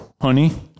honey